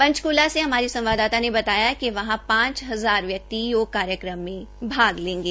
पंचकूला से हमारी संवाददाता ने बताया कि वहां पांच हजार व्यक्ति योग कार्यक्रम में भाग लेंगे